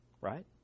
right